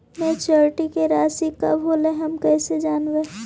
Maturity के रासि कब होलै हम कैसे जानबै?